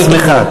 לא את עצמך.